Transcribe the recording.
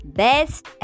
best